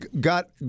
got